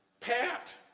Pat